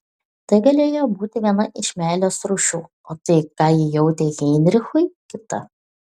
tai galėjo būti viena iš meilės rūšių o tai ką ji jautė heinrichui kita